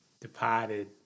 departed